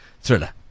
Thriller